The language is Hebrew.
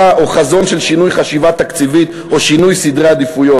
או חזון של שינוי חשיבה תקציבית או שינוי סדרי עדיפויות.